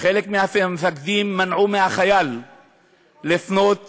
חלק מהמפקדים מנעו מהחייל לפנות